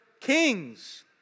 kings